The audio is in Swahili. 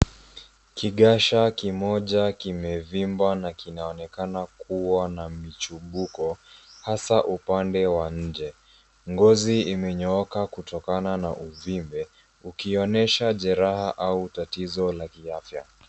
Kigasha kimoja kimevimba na kinaonekana kua na mchumbko hasa kwa upande wanje, ngozo umenyooka kutokana na uvimbe ukionyesha jeraha au tatizo la kiafya.